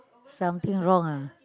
something wrong ah